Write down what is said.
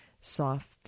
soft